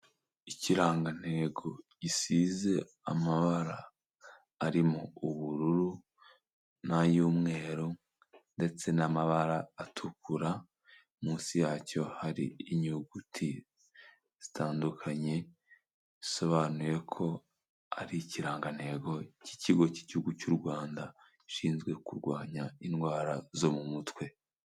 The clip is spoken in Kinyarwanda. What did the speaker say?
Ikirangantego gisize amabara arimo ubururu n'ayumweru, ndetse n'amabara atukura, munsi yacyo hari inyuguti zitandukanye, isobanuye ko ari ikirangantego cy'ikigo cy'igihugu cyu'u Rwanda gishinzwe kurwanya indwara zo mu mutwe.